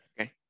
okay